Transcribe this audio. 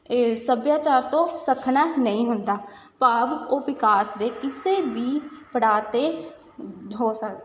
ਇਹ ਸੱਭਿਆਚਾਰ ਤੋਂ ਸੱਖਣਾ ਨਹੀਂ ਹੁੰਦਾ ਭਾਵ ਉਹ ਵਿਕਾਸ ਦੇ ਕਿਸੇ ਵੀ ਪੜਾਅ 'ਤੇ ਹੋ ਸਕ